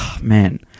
Man